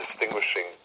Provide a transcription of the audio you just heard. Distinguishing